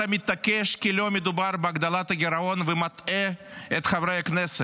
אתה מתעקש כי לא מדובר בהגדלת הגירעון ומטעה את חברי הכנסת.